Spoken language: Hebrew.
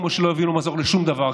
כמו שלא הביאו מזור לשום דבר.